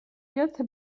یادته